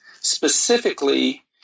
specifically